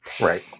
right